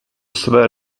své